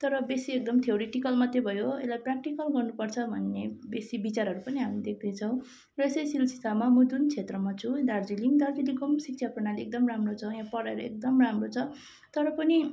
तर बेसी एकदम थ्योरिटिकल मात्रै भयो यसलाई प्रेक्टिकल गर्नुपर्छ भन्ने बेसी विचारहरू पनि देख्दैछौँ र यसै सिलसिलामा म जुन क्षेत्रमा छु दार्जिलिङ दार्जिलिङको पनि शिक्षा प्रणाली एकदम राम्रो छ यहाँ पढाइहरू एकदम राम्रो छ तर पनि